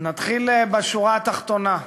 נתחיל בשורה התחתונה: